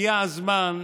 הגיע הזמן,